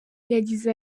yagize